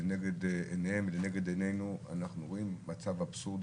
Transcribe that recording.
לנגד עיננו אנחנו רואים מצב אבסורדי,